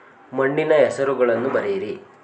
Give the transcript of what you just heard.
ಮಣ್ಣಿನ ಹೆಸರುಗಳನ್ನು ಬರೆಯಿರಿ